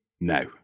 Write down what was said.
No